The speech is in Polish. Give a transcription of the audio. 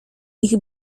ich